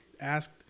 asked